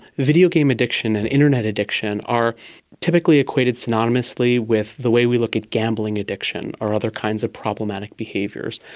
videogame addiction and internet addiction are typically equated synonymously with the way we look at gambling addiction or other kinds of problematic behaviours.